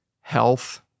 health